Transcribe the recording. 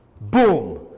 Boom